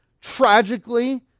tragically